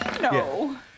No